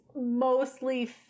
mostly